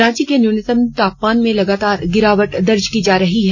रांची के न्यूनतम तापमान में लगातार गिरावट दर्ज की जा रही है